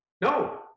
No